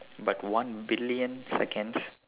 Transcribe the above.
but one billion seconds